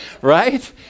right